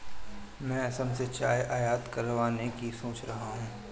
मैं असम से चाय आयात करवाने की सोच रहा हूं